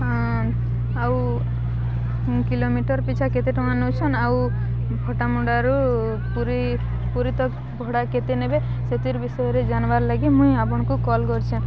ଆଉ କିଲୋମିଟର୍ ପିଛା କେତେ ଟଙ୍କା ନଉଛନ୍ ଆଉ ଫଟାମୁଣ୍ଡାରୁ ପୁରୀ ପୁରୀ ତ ଭୋଡ଼ା କେତେ ନେବେ ସେଥିର୍ ବିଷୟରେ ଜାନିବାର୍ ଲାଗି ମୁଇଁ ଆପଣଙ୍କୁ କଲ୍ କରିଛେଁ